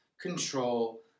control